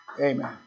Amen